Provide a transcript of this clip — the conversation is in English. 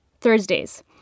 Thursdays